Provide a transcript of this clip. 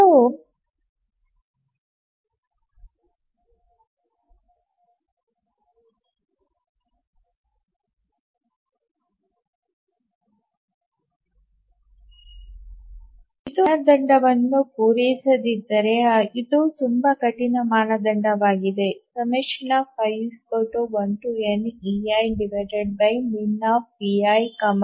ಇದು ಮಾನದಂಡವನ್ನು ಪೂರೈಸದಿದ್ದರೆ ಇದು ತುಂಬಾ ಕಠಿಣ ಮಾನದಂಡವಾಗಿದೆ i1neiminpidi